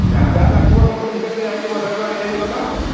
ଯାହା ଯାହା ଲାଗିବ ସବୁ ଜିନିଷ କିଣା ହେଇକି ବଜାରରୁ ଆସିଲେ ହାରି ହେଲା ଆଉ କ'ଣ